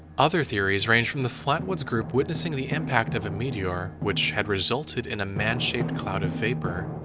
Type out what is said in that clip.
other theories range from the flatwoods group witnessing the impact of a meteor, which had resulted in a man-shaped cloud of vapor,